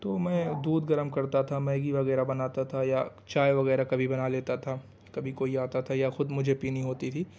تو میں دودھ گرم کرتا تھا میگی وغیرہ بناتا تھا یا چائے وغیرہ کبھی بنا لیتا تھا کبھی کوئی آتا تھا یا خود مجھے پینی ہوتی تھی